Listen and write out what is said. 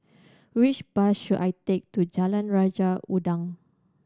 which bus should I take to Jalan Raja Udang